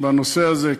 בנושא הזה.